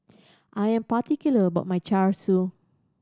I am particular about my Char Siu